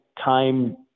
time